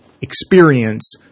experience